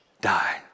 die